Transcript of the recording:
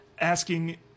asking